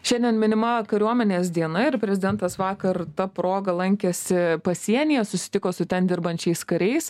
šiandien minima kariuomenės diena ir prezidentas vakar ta proga lankėsi pasienyje susitiko su ten dirbančiais kariais